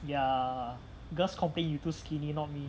ya girls complain you too skinny not me